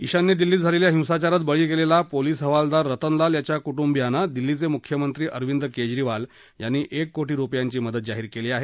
ईशान्य दिल्लीत झालेल्या हिंसाचारात बळी गेलेला पोलीस हवालदार रतनलाल याच्या कुटुबियांना दिल्लीचे मुख्यमंत्री अरविंद केजरीवाल यांनी एक कोर्टी रुपयांची मदत जाहीर केली आहे